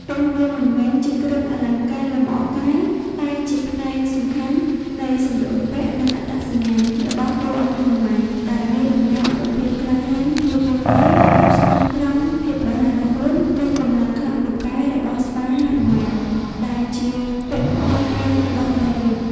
ទោះវាមិនមែនជាមិនមែនជាគ្រឿងអលង្ការលម្អកាយតែជាផ្នែកសំខាន់នៃសំលៀកបំពាក់ និងអត្តសញ្ញាណ របស់តួអង្គហនុមានដែលវាតំណាងឲ្យ ភាពក្លាហាន ភាពវាងវៃ ភាពស្មោះត្រង់ ភាពរហ័សរហួន និងកម្លាំងខ្លាំងពូកែ របស់ស្វាហនុមាន ដែលជាពលីឯករបស់ព្រះរាម។។